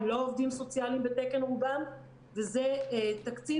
רובם לא עובדים סוציאליים בתקן וזה תקציב